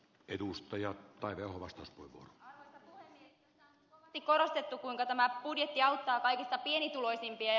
tässä on nyt kovasti korostettu kuinka tämä budjetti auttaa kaikista pienituloisimpia